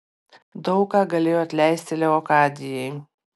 daug ką galėjo atleisti leokadijai